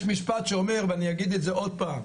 יש משפט שאומר ואני אגיד את זה עוד פעם,